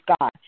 God